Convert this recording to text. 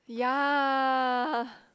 ya